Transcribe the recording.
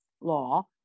law